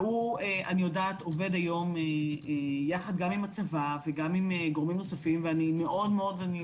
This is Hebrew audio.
והוא עובד היום יחד גם עם הצבא וגם עם גורמים נוספים ואני משוכנעת,